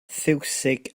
fiwsig